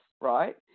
right